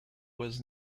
was